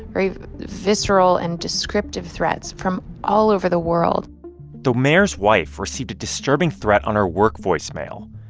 very visceral and descriptive threats from all over the world the mayor's wife received a disturbing threat on her work voicemail.